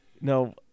No